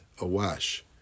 awash